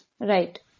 Right